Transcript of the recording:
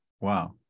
Wow